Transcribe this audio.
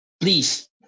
Please